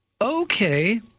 Okay